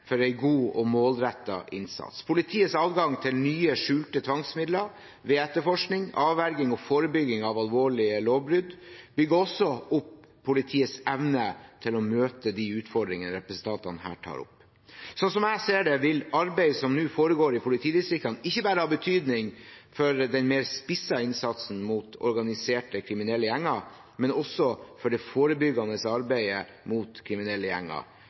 for en god og målrettet innsats. Politiets adgang til nye skjulte tvangsmidler ved etterforskning, avverging og forebygging av alvorlige lovbrudd bygger også opp politiets evne til å møte de utfordringene representantene her tar opp. Slik jeg ser det, vil arbeidet som nå foregår i politidistriktene, ikke bare ha betydning for den mer spissede innsatsen mot organiserte kriminelle gjenger, men også for det forebyggende arbeidet mot kriminelle gjenger